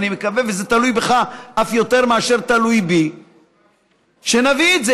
וזה תלוי בך אף יותר מאשר תלוי בי שנביא את זה.